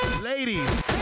ladies